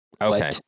Okay